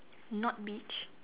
not beach